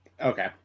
okay